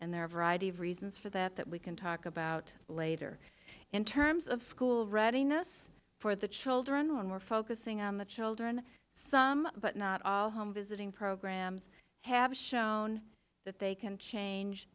a variety of reasons for that that we can talk about later in terms of school readiness for the children when we're focusing on the children some but not all home visiting programs have shown that they can change